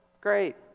Great